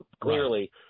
clearly